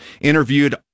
interviewed